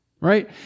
right